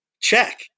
check